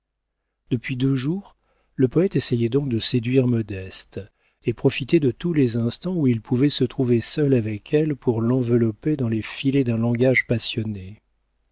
depuis deux jours le poëte essayait donc de séduire modeste et profitait de tous les instants où il pouvait se trouver seul avec elle pour l'envelopper dans les filets d'un langage passionné